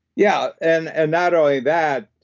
yeah, and and not only that,